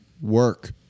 work